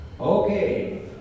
Okay